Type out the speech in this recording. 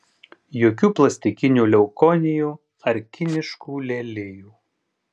jokių plastikinių leukonijų ar kiniškų lelijų